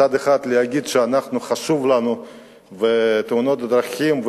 מצד אחד להגיד שחשוב לנו להילחם בתאונות הדרכים,